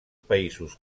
països